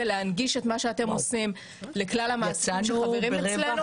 ולהנגיש את מה שאתם עושים לכלל המעסיקים שחברים אצלנו.